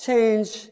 Change